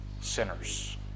sinners